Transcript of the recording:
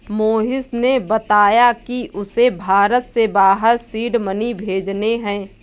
मोहिश ने बताया कि उसे भारत से बाहर सीड मनी भेजने हैं